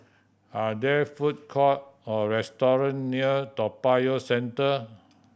are there food courts or restaurants near Toa Payoh Central